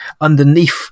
underneath